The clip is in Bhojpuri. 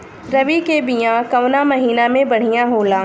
रबी के बिया कवना महीना मे बढ़ियां होला?